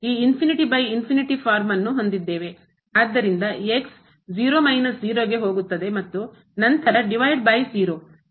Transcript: ಆದ್ದರಿಂದ 0 ಮೈನಸ್ 0 ಗೆ ಹೋಗುತ್ತದೆ ಮತ್ತು ನಂತರ ಡಿವೈಡ್ ಬೈ ಝೀರೋ